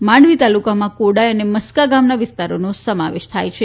માંડવી તાલુકામાં કોડાય અને મસ્કા ગામ ના વિસ્તારો નો સમાવેશ થાય છે